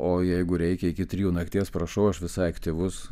o jeigu reikia iki trijų nakties prašau aš visai aktyvus